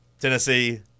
Tennessee